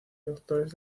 doctores